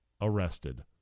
arrested